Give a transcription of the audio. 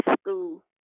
school